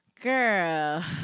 girl